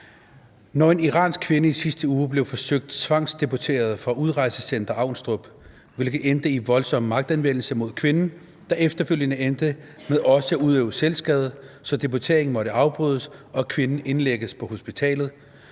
Når en iransk kvinde i sidste uge blev forsøgt tvangsdeporteret fra udrejsecenter Avnstrup, hvilket endte i voldsom magtanvendelse mod kvinden, der efterfølgende endte med også at udøve selvskade, så deporteringen måtte afbrydes og kvinden indlægges på hospitalet,